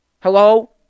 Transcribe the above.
Hello